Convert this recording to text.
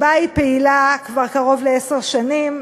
והיא פעילה בה כבר קרוב לעשר שנים,